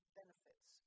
benefits